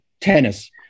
tennis